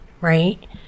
right